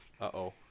uh-oh